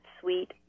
sweet